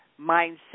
mindset